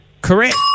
correct